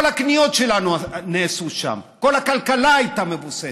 כל הקניות שלנו נעשו שם, כל הכלכלה הייתה מבוססת.